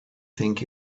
think